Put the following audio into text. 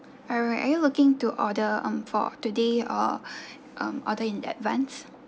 alright are you looking to order um for today or um order in advance